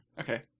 Okay